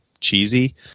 cheesy